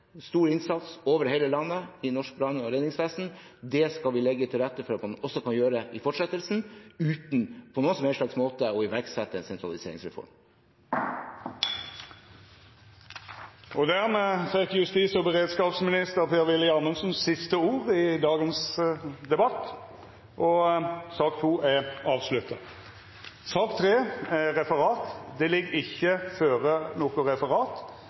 stor innsats over hele landet i norsk brann- og redningsvesen. Det skal vi legge til rette for at man også kan gjøre i fortsettelsen, uten på noen som helst slags måte å iverksette en sentraliseringsreform. Dermed fekk justis- og beredskapsminister Per-Willy Amundsen siste ord i dagens spørjetime, og sak nr. 2 er slutt. Det ligg ikkje føre noko referat. Dermed er kartet for i dag ferdigbehandla. Ber nokon om ordet før